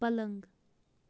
پَلنٛگ